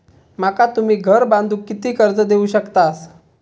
माका तुम्ही घर बांधूक किती कर्ज देवू शकतास?